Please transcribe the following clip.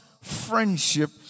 friendship